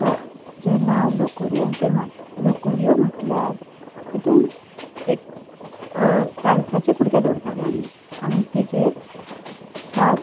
तो जेन्ना लकोर्यांचेर मारता लकोर्यो म्हटल्यार तितून एक टायल्साचे कुडके दवरताले आमी आनी ताजेर सात